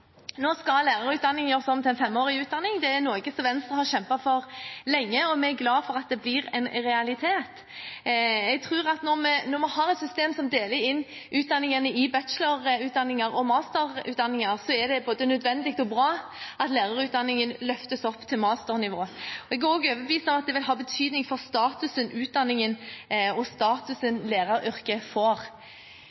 Nå skal lærerutdanningen gjøres om til en femårig utdanning. Dette er noe Venstre har kjempet for lenge, og vi er glade for at dette blir en realitet. Jeg tror at når vi har et system som deler utdanningene inn i bachelorutdanning og masterutdanning, er det både nødvendig og bra at lærerutdanningen løftes opp til masternivå. Jeg er også overbevist om at det vil ha betydning for statusen utdanningen og